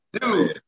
dude